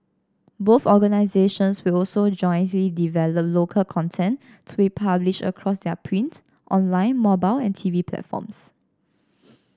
both organizations will also jointly develop local content to be published across their print online mobile and T V platforms